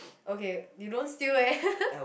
okay you don't steal eh